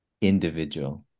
individual